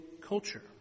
culture